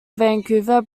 vancouver